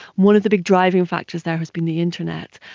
one of the big driving factors there has been the internet,